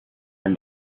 and